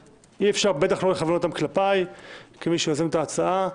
אי-אפשר בטח לא לכוון אותו כלפיי כמי שיוזם את ההצעה.